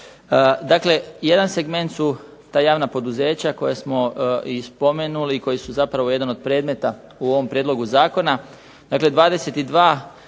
Dakle, jedan segment su ta javna poduzeća koje smo i spomenuli i koji su zapravo jedan od predmeta u ovom prijedlogu zakona.